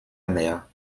mère